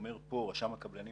רשם הקבלנים,